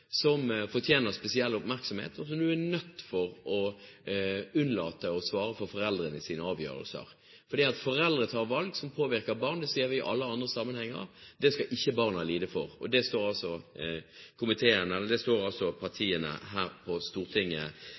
som fortjener spesiell oppmerksomhet, og som er nødt til å måtte få unnlate å svare for foreldrenes avgjørelser. At foreldre tar valg som påvirker barn, ser vi i alle andre sammenhenger, og det skal ikke barna lide for. Det står partiene her på Stortinget